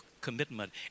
commitment